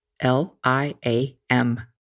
L-I-A-M